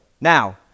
Now